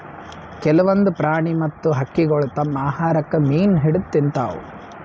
ಕೆಲ್ವನ್ದ್ ಪ್ರಾಣಿ ಮತ್ತ್ ಹಕ್ಕಿಗೊಳ್ ತಮ್ಮ್ ಆಹಾರಕ್ಕ್ ಮೀನ್ ಹಿಡದ್ದ್ ತಿಂತಾವ್